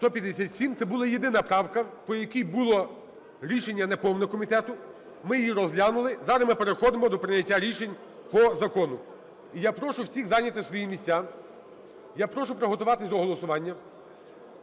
За-157 Це була єдина правка, по якій було рішення неповне комітету. Ми її розглянули. Зараз ми переходимо до прийняття рішень по закону і я прошу всіх зайняти свої місця. Я прошу приготуватись до голосування.